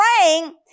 praying